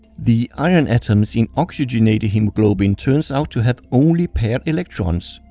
the iron atoms in oxygenated hemoglobin turn out to have only paired electrons.